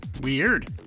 Weird